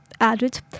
added